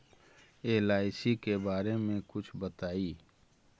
LIC के बारे मे कुछ बताई?